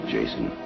Jason